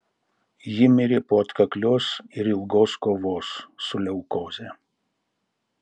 ji mirė po atkaklios ir ilgos kovos su leukoze